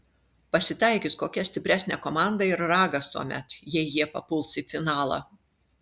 pasitaikys kokia stipresnė komanda ir ragas tuomet jei jie papuls į finalą